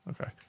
Okay